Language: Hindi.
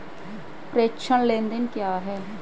प्रेषण लेनदेन क्या है?